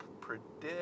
predict